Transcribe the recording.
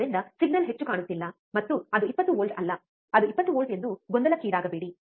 ಆದ್ದರಿಂದ ಸಿಗ್ನಲ್ ಹೆಚ್ಚು ಕಾಣುತ್ತಿಲ್ಲ ಮತ್ತು ಅದು 20 ವೋಲ್ಟ್ ಅಲ್ಲ ಅದು 20 ವೋಲ್ಟ್ ಎಂದು ಗೊಂದಲಕ್ಕೀಡಾಗಬೇಡಿ